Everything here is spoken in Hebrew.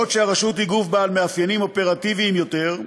בעוד שהרשות היא גוף בעל מאפיינים אופרטיביים יותר,